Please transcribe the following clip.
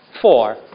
Four